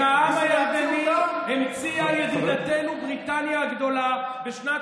את העם הירדני המציאה ידידתנו בריטניה הגדולה בשנת